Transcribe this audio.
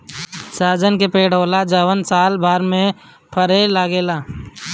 सहजन के पेड़ होला जवन की सालभर में फरे लागेला